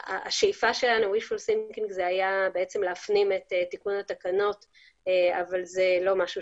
השאיפה שלנו היא להפנים את תיקון התקנות אבל זה לא משהו